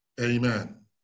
Amen